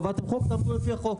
קבעתם חוק, תעבדו לפי החוק.